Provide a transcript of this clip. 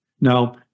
Now